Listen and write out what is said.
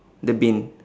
the bin